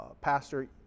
pastor